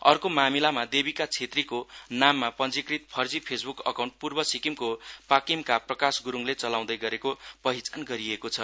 अर्को मामिलामा देविका छेत्रीको नाममा पञ्जीकृत फर्जी फेसबुक अकाउण्ट पूर्व सिक्किमको पाकिमका प्रकाश गुरूङले चलाउँदै गरेको पहिचान गरिएको छ